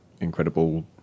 incredible